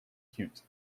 cute